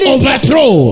overthrow